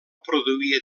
produïa